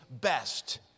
best